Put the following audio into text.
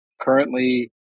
currently